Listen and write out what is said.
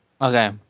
Okay